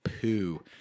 poo